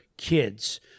kids